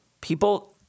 people